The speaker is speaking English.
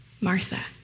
Martha